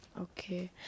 Okay